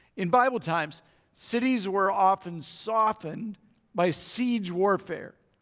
in bible times cities were often softened by siege warfare.